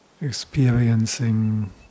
experiencing